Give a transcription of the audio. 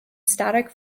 static